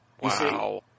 Wow